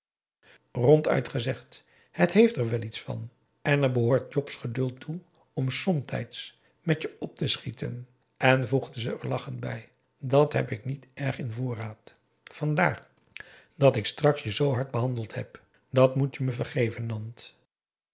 ronduit gezegd het heeft er wel iets van en er behoort jobsgeduld toe om somtijds met je op te schieten en voegde ze er lachend bij dat heb ik niet erg in voorraad vandaar dat ik straks je zoo hard behandeld heb dat moet je me vergeven nant